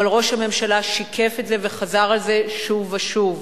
אבל ראש הממשלה שיקף את זה וחזר על זה שוב ושוב.